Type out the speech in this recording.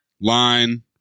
line